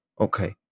okay